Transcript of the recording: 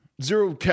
Zero